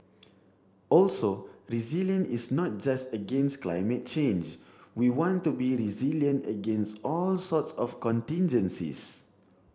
also resilience is not just against climate change we want to be resilient against all sorts of contigencies